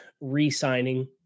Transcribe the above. re-signing